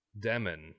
Demon